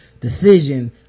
decision